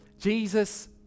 Jesus